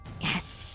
Yes